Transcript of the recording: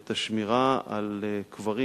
ואת השמירה על קברים,